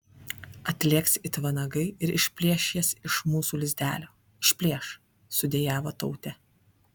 atlėks it vanagai ir išplėš jas iš mūsų lizdelio išplėš sudejavo tautė